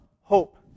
hope